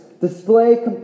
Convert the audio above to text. display